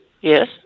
Yes